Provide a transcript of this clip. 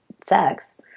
sex